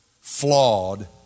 flawed